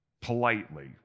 politely